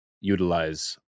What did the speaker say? utilize